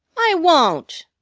i won't!